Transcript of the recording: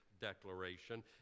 Declaration